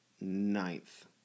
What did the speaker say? ninth